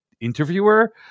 interviewer